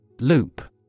Loop